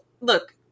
look